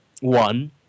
one